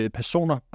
personer